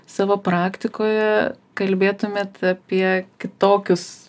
savo praktikoje kalbėtumėt apie kitokius